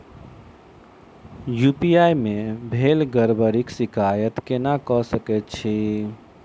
UPI मे भेल गड़बड़ीक शिकायत केना कऽ सकैत छी?